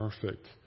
perfect